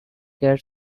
care